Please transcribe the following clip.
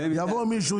יבוא מישהו,